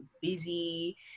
busy